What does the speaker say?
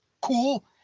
Cool